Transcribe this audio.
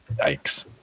Yikes